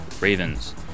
Ravens